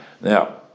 Now